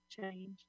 change